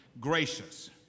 gracious